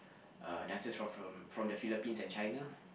uh dancers from from from the Philippines and China